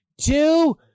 two